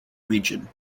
region